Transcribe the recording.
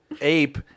ape